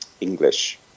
English